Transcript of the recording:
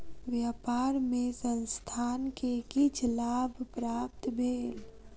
व्यापार मे संस्थान के किछ लाभ प्राप्त भेल